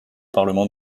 parlement